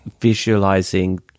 visualizing